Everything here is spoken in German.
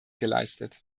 geleistet